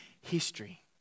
history